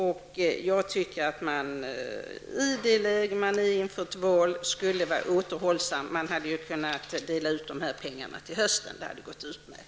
Jag tycker att man inför ett val borde ha varit återhållsam. Man kunde ha delat ut pengarna till hösten. Det hade gått utmärkt.